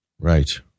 Right